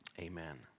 amen